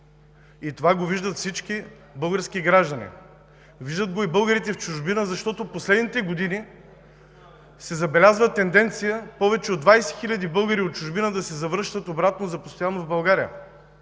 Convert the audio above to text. и това го виждат всички български граждани. Виждат го и българите в чужбина, защото в последните години се забелязва тенденция – повече от 20 хиляди българи от чужбина да се завръщат обратно за постоянно в България,